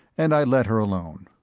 and i let her alone.